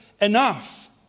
Enough